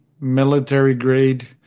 military-grade